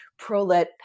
prolet